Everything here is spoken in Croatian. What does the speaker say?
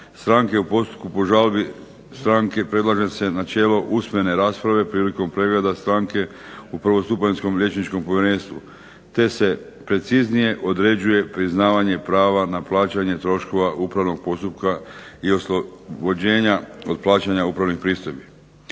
stranke u postupku po žalbi stranke predlaže se načelo usmene rasprave prilikom pregleda stranke u Prvostupanjskom liječničkom povjerenstvu te se preciznije određuje priznavanje prava na plaćanje troškova upravnog postupka i oslobođenja od plaćanja upravnih pristojbi.